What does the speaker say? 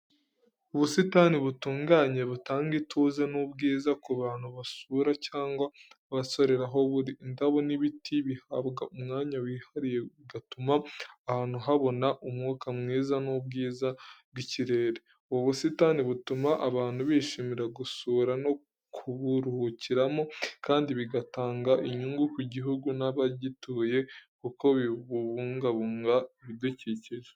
Ubusitani butunganye butanga ituze n’ubwiza ku bantu basura cyangwa abasorera aho buri . Indabo n'ibiti bihabwa umwanya wihariye, bigatuma ahantu habona umwuka mwiza n’ubwiza bw’ikirere. Ubu busitani butuma abantu bishimira gusura no kuburuhukiramo, kandi bigatanga inyugu ku gihugu n’abagituye kuko bibungabunga ibidukikije.